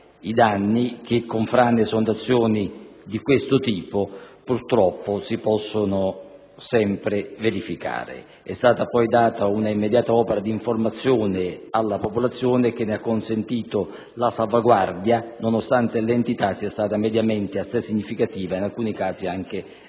i danni che con frane ed esondazioni di questo tipo si possono sempre verificare. È stata poi data un'immediata opera di informazione alla popolazione che ne ha consentito la salvaguardia, nonostante l'entità dei fenomeni sia stata mediamente assai significativa e in alcuni casi anche eccezionale.